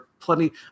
plenty